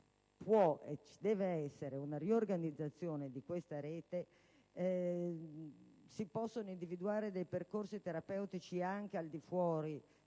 può e deve essere una riorganizzazione di questa rete, si possono individuare percorsi terapeutici anche al di fuori